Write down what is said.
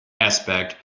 aspect